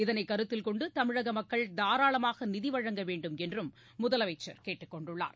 இதனை கருத்தில்கொண்டு தமிழக மக்கள் தாராளமாக நிதி வழங்கவேண்டும் என்று முதலமைச்சர் கேட்டுக்கொண்டுள்ளார்